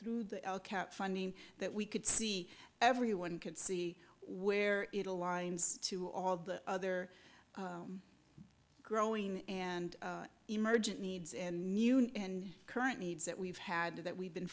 through the cat funding that we could see everyone can see where it aligns to all the other growing and emergent needs and new and current needs that we've had that we've been